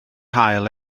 haul